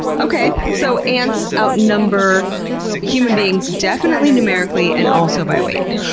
okay. so ants outnumber human beings, definitely numerically, and also by weight.